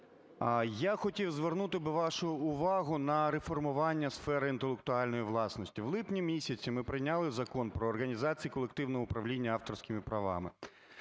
я хотів звернути б вашу увагу на реформування сфери інтелектуальної власності. У липні місяці ми прийняли Закон про організацію колективного управління авторськими правами.